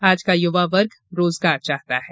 आज का युवा वर्ग रोजगार चाहता है